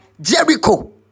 Jericho